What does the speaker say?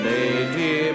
Lady